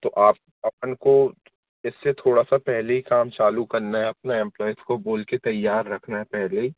तो आप अपन को इससे थोड़ा सा पहेले ही काम चालू करना है अपने एम्प्लॉइज़ काे बोल के तैयार रखना है पहले ही